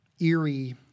eerie